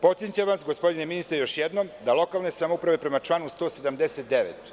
Podsećam vas, gospodine ministre, još jednom, da lokalne samouprave, prema članu 179.